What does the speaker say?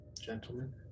Gentlemen